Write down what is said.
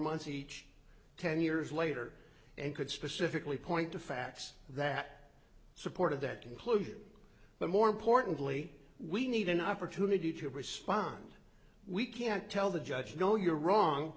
months each ten years later and could specifically point to facts that support of that conclusion but more importantly we need an opportunity to respond we can't tell the judge no you're wrong